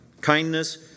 Kindness